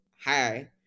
hi